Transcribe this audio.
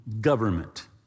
government